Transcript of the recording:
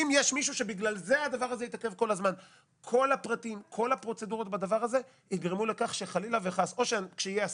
כי כרגע כל הפרטים והפרוצדורות יגרמו לכך שכשיהיה חלילה